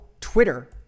Twitter